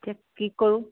এতিয়া কি কৰোঁ